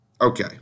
Okay